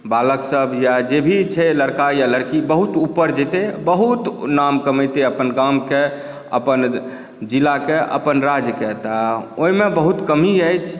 बालक सब या जे भी छै लड़का या लड़की बहुत ऊपर जेतै बहुत नाम कमेतै अपन गाम के अपन जिला के अपन राज्य के तऽ ओहिमे बहुत कमी अछि